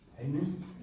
Amen